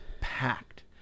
packed